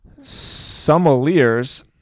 sommeliers